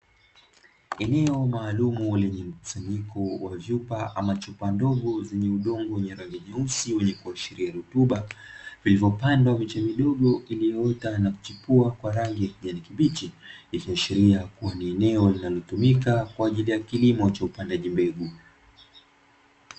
Eneo maalumu lenye kusanyiko la vyupa ama chupa ndogo zenye udungu wenye rangi nyeusi kuashiria ni rutuba. Vilivyopanda miche midogo iliyoota na kuchipua kwa rangi ya kijani kibichi katika kwa ajili ya kilimo cha upandaji mbegu.